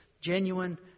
genuine